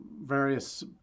various